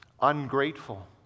ungrateful